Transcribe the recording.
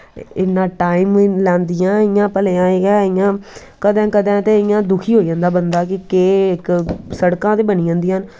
इन्ना टाईम लैंदियां इयां भलेआं इयां कदैं कदैं ते दुखी होई जंदा बंदा कि के इक सड़कां ते बनी जंदियां न